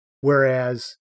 whereas